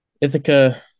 Ithaca